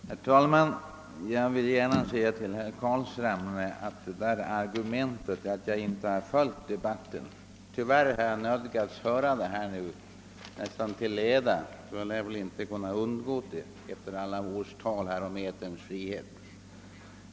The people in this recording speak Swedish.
Herr talman! Jag vill gärna säga till herr Carlshamre, att argumentet att jag inte har följt debatten inte är riktigt. Tyvärr har jag nödgats följa debatterna nästan till leda. Man har väl inte kunnat undgå det efter alla års tal här om eterns frihet.